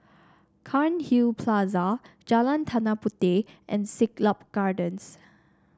Cairnhill Plaza Jalan Tanah Puteh and Siglap Gardens